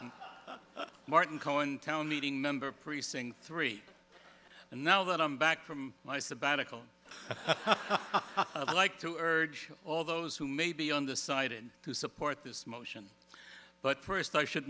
i'm martin cohen town meeting member precinct three and now that i'm back from my sabbatical i'd like to urge all those who may be undecided to support this motion but first i should